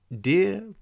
Dear